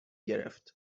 گرفت